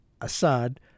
Assad